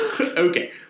Okay